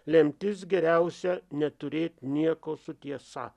lemtis geriausia neturėti nieko su tiesa